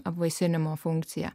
apvaisinimo funkciją